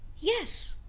yes,